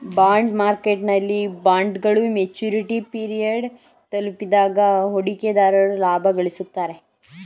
bond ಮಾರ್ಕೆಟ್ನಲ್ಲಿ ಬಾಂಡ್ಗಳು maturity period ತಲುಪಿದಾಗ ಹೂಡಿಕೆದಾರರು ಲಾಭ ಗಳಿಸುತ್ತಾರೆ